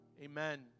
amen